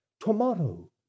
Tomorrow